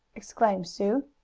exclaimed sue.